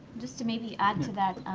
just to maybe add to that,